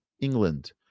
England